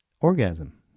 Orgasm